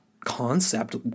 concept